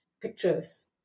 pictures